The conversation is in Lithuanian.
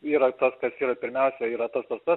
yra tas kas yra pirmiausia yra tas tas tas